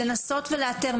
לנסות ולאתר אותם.